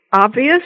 obvious